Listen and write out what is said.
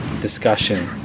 discussion